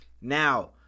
Now